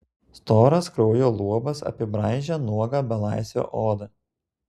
storas kraujo luobas apibraižė nuogą belaisvio odą